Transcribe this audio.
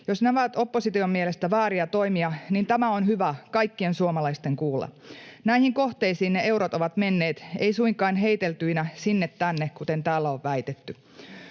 Jos nämä ovat opposition mielestä vääriä toimia, niin tämä on hyvä kaikkien suomalaisten kuulla. Näihin kohteisiin ne eurot ovat menneet, eivät suinkaan heiteltyinä sinne tänne, kuten täällä on väitetty.